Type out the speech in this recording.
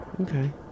Okay